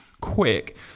quick